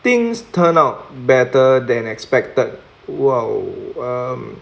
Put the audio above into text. things turn out better than expected !wow! um